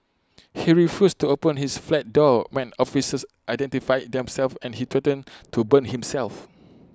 he refused to open his flat door when officers identified themselves and he threatened to burn himself